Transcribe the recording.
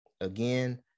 Again